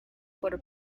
por